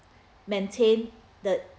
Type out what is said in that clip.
maintain the